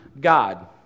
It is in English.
God